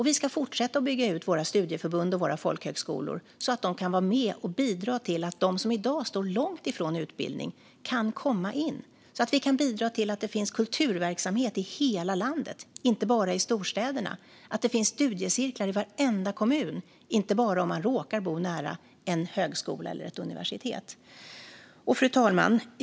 Vi ska fortsätta att bygga ut våra studieförbund och folkhögskolor så att de kan vara med och bidra till att de som i dag står långt ifrån utbildning kan komma in, att det finns kulturverksamhet i hela landet och inte bara i storstäderna och att det finns studiecirklar i varenda kommun och inte bara för dem som råkar bo nära en högskola eller ett universitet. Fru talman!